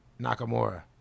Nakamura